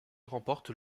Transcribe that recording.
remporte